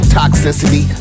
toxicity